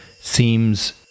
seems